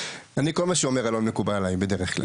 אני כל מה שאומר אלון מקובל עליי בדרך כלל.